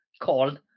called